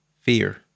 Fear